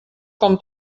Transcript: com